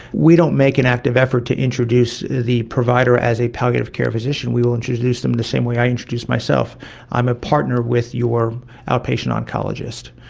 we don't make an active effort to introduce the provider as a palliative care physician, we will introduce them the same way i introduce myself i'm a partner with your outpatient oncologist.